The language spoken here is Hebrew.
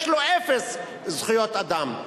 יש לו אפס זכויות אדם.